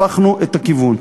הפכנו את הכיוון.